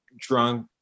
drunk